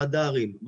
רדארים,